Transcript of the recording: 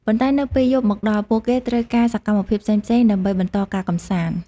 ប៉ុន្តែនៅពេលយប់មកដល់ ពួកគេត្រូវការសកម្មភាពផ្សេងៗដើម្បីបន្តការកម្សាន្ត។